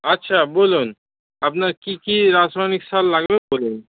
আছা বলুন আপনার কী কী রাসায়নিক সার লাগবে বলুন